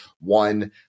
one